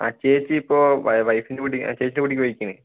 ആ ചേച്ചിയിപ്പോൾ വൈഫിന്റെ ചേച്ചിയുടെ വീട്ടിലേക്ക് പോയിരിക്കുകയാണ്